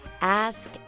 Ask